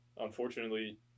Unfortunately